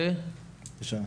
זה לשנה.